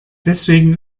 deswegen